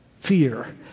fear